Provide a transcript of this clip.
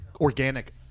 organic